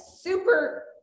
super